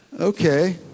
Okay